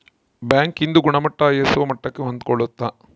bank ಇಂದು ಗುಣಮಟ್ಟ ISO ಮಟ್ಟಕ್ಕೆ ಹೊಂದ್ಕೊಳ್ಳುತ್ತ